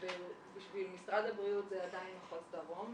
שבשביל משרד הבריאות זה עדיין מחוז דרום,